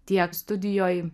tiek studijoj